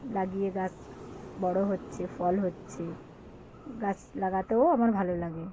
লাগিয়ে গাছ বড়ো হচ্ছে ফল হচ্ছে গাছ লাগাতেও আমার ভালো লাগে